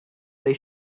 they